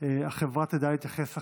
החברה תדע להתייחס אחרת,